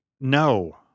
No